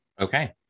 okay